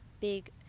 big